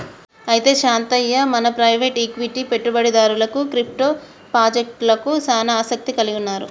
అయితే శాంతయ్య మన private equity పెట్టుబడిదారులు క్రిప్టో పాజెక్టలకు సానా ఆసత్తి కలిగి ఉన్నారు